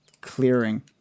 clearing